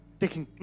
taking